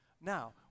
Now